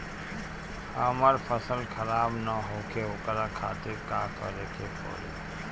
हमर फसल खराब न होखे ओकरा खातिर का करे के परी?